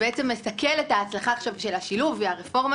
שמסכל את ההצלחה של השילוב והרפורמה